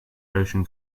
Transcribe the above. ocean